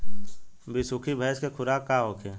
बिसुखी भैंस के खुराक का होखे?